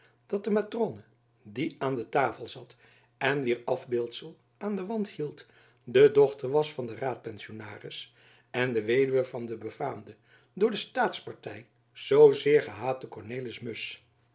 dat de matrone die aan de tafel zat en wier afbeeldsel aan den wand hing de dochter was van den raadpensionaris en de weduwe van den befaamden door de staatsparty zoo zeer gehaten